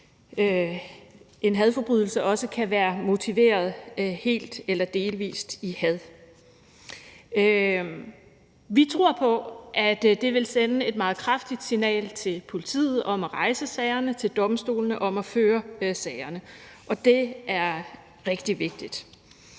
en hadforbrydelse også kan være motiveret helt eller delvis i had. Vi tror på, at det vil sende et meget kraftigt signal til politiet om at rejse sagerne og bringe dem for domstolene, så de kan føre dem, og det er rigtig vigtigt.